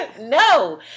no